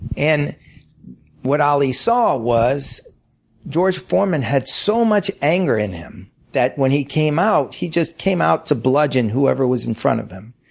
what ali saw was george foreman had so much anger in him that when he came out, he just came out to bludgeon whoever was in front of him.